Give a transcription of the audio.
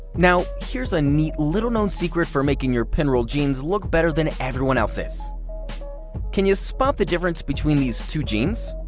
now, here's a neat, little-known secret for making your pinrolled jeans look better than everyone else's can you spot the difference between these two jeans?